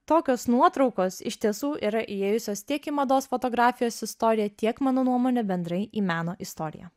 tokios nuotraukos iš tiesų yra įėjusios tiek į mados fotografijos istoriją tiek mano nuomone bendrai į meno istoriją